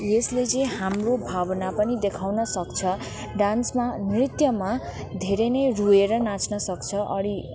यसले चाहिँ हाम्रो भावना पनि देखाउन सक्छ डान्समा नृत्यमा धेरै नै रोएर नाच्न सक्छ अनि